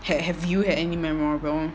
ha~ have you had any memorable